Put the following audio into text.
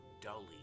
dully